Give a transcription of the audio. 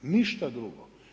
Ništa drugo.